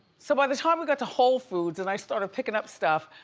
so by the time we got to whole foods and i started pickin' up stuff,